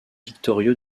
victorieux